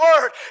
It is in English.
word